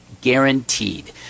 guaranteed